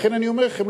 לכן אני אומר לכם,